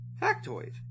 Factoid